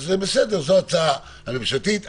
זו ההצעה הממשלתית.